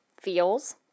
feels